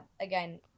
again